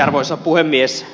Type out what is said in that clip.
arvoisa puhemies